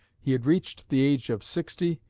he had reached the age of sixty,